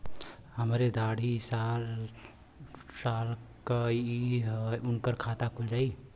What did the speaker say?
हमरे दादी साढ़ साल क हइ त उनकर खाता खुल जाई?